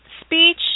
Speech